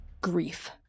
Grief